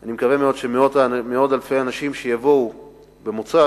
ואני מקווה מאוד שמאות אלפי אנשים שיבואו במוצאי-שבת